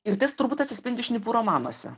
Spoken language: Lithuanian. ir tas turbūt atsispindi šnipų romanuose